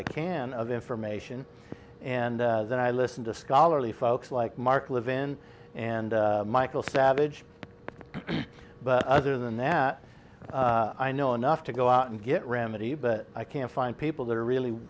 i can of information and then i listen to scholarly folks like mark levin and michael savage but other than that i know enough to go out and get remedy but i can't find people that are really